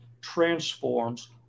transforms